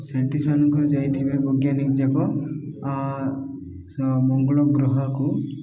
ସେଠି ସେମାନଙ୍କର ଯାଇଥିବେ ବୈଜ୍ଞାନିକ ଯାକ ମଙ୍ଗଳ ଗ୍ରହକୁ